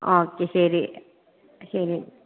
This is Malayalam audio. ഓക്കേ ശരി ശരി